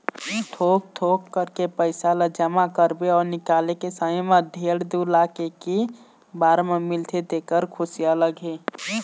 थोक थोक करके पइसा ल जमा करबे अउ निकाले के समे म डेढ़ दू लाख एके बार म मिलथे तेखर खुसी अलगे हे